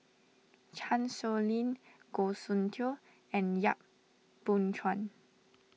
Chan Sow Lin Goh Soon Tioe and Yap Boon Chuan